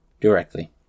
directly